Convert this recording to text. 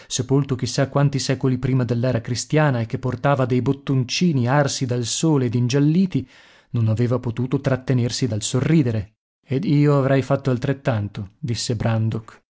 sepolto chissà quanti secoli prima dell'era cristiana e che portava dei bottoncini arsi dal sole ed ingialliti non aveva potuto trattenersi dal sorridere ed io avrei fatto altrettanto disse brandok